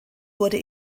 wurde